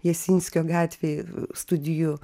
jasinskio gatvėj studijų